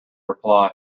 reply